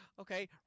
Okay